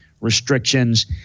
Restrictions